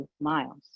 miles